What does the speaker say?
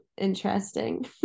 interesting